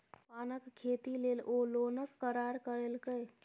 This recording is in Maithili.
पानक खेती लेल ओ लोनक करार करेलकै